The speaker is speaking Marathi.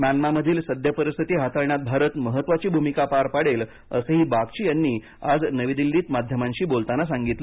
म्यानमारमधील सद्य परिस्थिती हाताळण्यात भारत महत्वाची भूमिका पार पाडेल असही बागची यांनी आज नवी दिल्लीत माध्यमांशी बोलताना सांगितलं